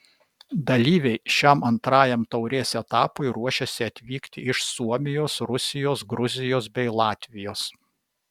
dalyviai šiam antrajam taurės etapui ruošiasi atvykti iš suomijos rusijos gruzijos bei latvijos